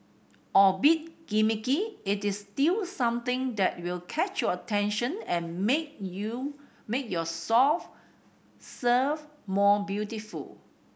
albeit gimmicky it is still something that will catch your attention and make you make your soft serve more beautiful